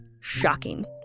shocking